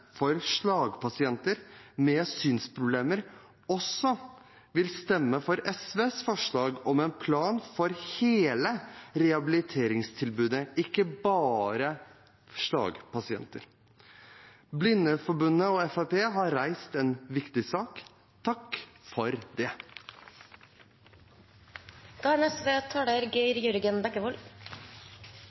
for slagpasienter med synsproblemer, også vil stemme for SVs forslag om en plan for hele rehabiliteringstilbudet – ikke bare for slagpasienter. Blindeforbundet og Fremskrittspartiet har reist en viktig sak. Takk for det. Å se godt er